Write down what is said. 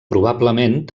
probablement